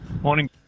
Morning